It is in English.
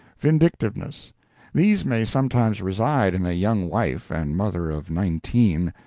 vindictiveness these may sometimes reside in a young wife and mother of nineteen,